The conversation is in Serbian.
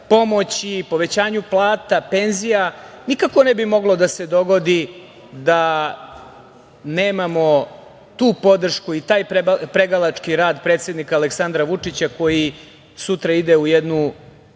pomoći, povećanju plata, penzija, nikako ne bi moglo da se dogodi da nemamo tu podršku i taj pregalački rad predsednika, Aleksandra Vučića koji sutra ide u jednu